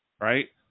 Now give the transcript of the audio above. Right